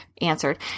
answered